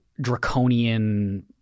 draconian